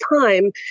time